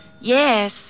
Yes